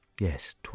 Yes